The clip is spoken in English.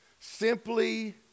simply